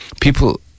People